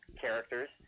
characters